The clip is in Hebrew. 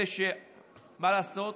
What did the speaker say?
שמה לעשות?